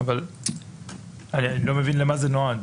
אבל אני לא מבין למה זה נועד.